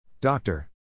Doctor